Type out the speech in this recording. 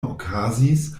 okazis